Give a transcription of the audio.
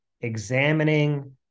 examining